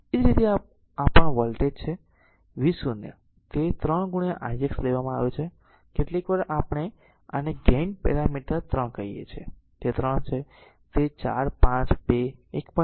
એ જ રીતે આ પણ આ વોલ્ટેજ છે v 0 તે 3 ix લેવામાં આવે છે કેટલીકવાર આપણે આને ગેઇન પેરામીટર 3 કહીએ છીએ તે 3 છે તે 4 5 2 1